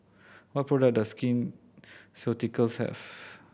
what products does Skin Ceuticals have